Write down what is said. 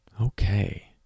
Okay